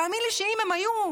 תאמין לי שאולי אם הן היו,